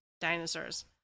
Dinosaurs